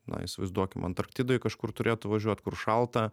na įsivaizduokim antarktidoj kažkur turėtų važiuot kur šalta